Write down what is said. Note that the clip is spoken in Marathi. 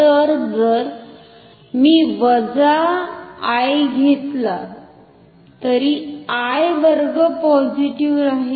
तर जर मी वजा I घेतला तरी I वर्ग पॉझिटिव्ह राहील